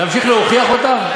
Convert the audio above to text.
להמשיך להוכיח אותם?